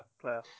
Player